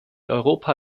europa